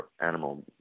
animal